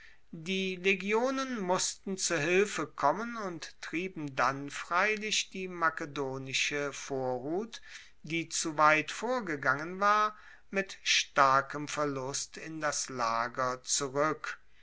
die legionen mussten zu hilfe kommen und trieben dann freilich die makedonische vorhut die zu weit vorgegangen war mit starkem verlust in das lager zurueck